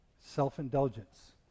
Self-indulgence